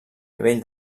nivell